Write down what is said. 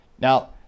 Now